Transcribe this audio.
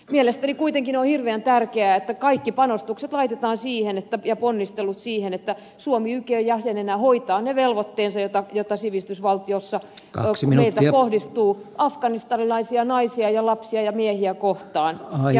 mielestäni kuitenkin on hirveän tärkeää että kaikki panostukset ja ponnistelut laitetaan siihen että suomi ykn jäsenenä hoitaa ne velvoitteensa joita sivistysvaltiona meiltä kohdistuu afganistanilaisia naisia ja lapsia ja miehiä kohtaan ja nämä hoidetaan mahdollisimman hyvin